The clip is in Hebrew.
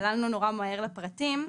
צללנו נורא מהר לפרטים,